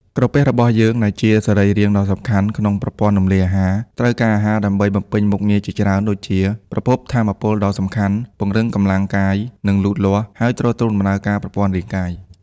ក្រពះរបស់យើង ដែលជាសរីរាង្គដ៏សំខាន់ក្នុងប្រព័ន្ធរំលាយអាហារ ត្រូវការអាហារដើម្បីបំពេញមុខងារជាច្រើន ដូចជា ប្រភពថាមពលដ៏សំខាន់ ពង្រឹងកម្លាំងកាយ និងលូតលាស់ ហើយទ្រទ្រង់ដំណើរការប្រព័ន្ធរាងកាយ។